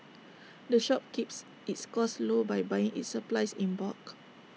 the shop keeps its costs low by buying its supplies in bulk